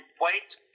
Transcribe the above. wait